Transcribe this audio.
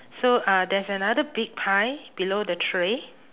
so uh there's another big pie below the tray